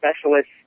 specialists